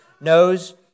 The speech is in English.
knows